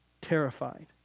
Terrified